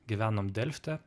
gyvenom delfte